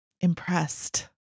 impressed